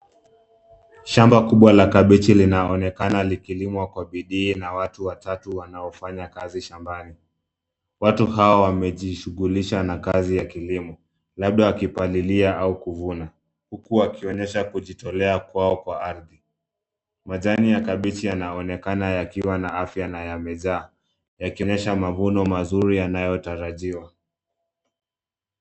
Shamba kubwa la kabichi linaonekana likilimwa kwa bidii na watu watatu wanaonfanya kazi shambani. Watu hawa wamejishughilisha na kazi ya kilimo, labda wakipalilia au kuvuna, huku wakionyesha kujitolea kwao kwa ardhi. Majani ya kabichi yanaonekana yakiwa na afya na yamejaa, yakionyesha mavuno mazuri yanayotarajiwa.